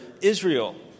Israel